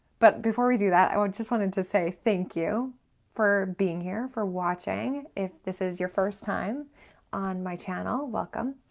but before we do that, i just wanted to say thank you for being here, for watching. if this is your first time on my channel, welcome.